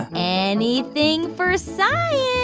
anything for science,